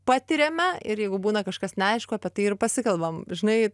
patiriame ir jeigu būna kažkas neaišku apie tai ir pasikalbam žinai